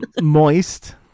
moist